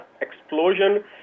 explosion